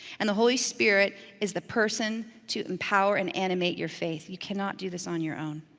and the holy spirit is the person to empower and animate your faith, you cannot do this on your own.